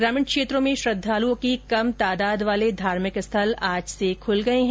ग्रामीण क्षेत्रों में श्रद्वालुओं की कम तादाद वाले धार्मिक स्थल आज से खुल गये है